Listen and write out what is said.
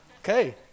Okay